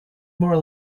more